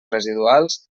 residuals